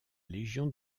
légion